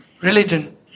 religion